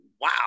wow